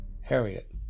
Harriet